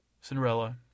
Cinderella